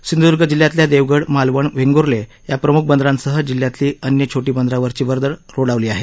सिंध्दर्ग जिल्ह्यातल्या देवगड मालवण वेंग्र्ले या प्रमुख बंदरांसह जिल्ह्यातली अन्य छोटी बंदरांवरची वर्दळ रोडावली आहे